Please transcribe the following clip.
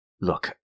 look